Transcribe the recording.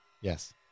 Yes